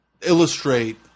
illustrate